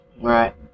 right